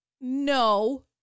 no